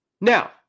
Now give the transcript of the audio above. Now